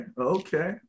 okay